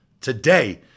Today